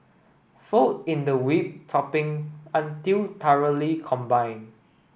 fold in the whipped topping until thoroughly combine